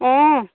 অঁ